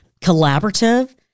collaborative